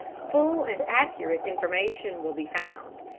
full and accurate information will be found.